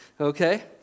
Okay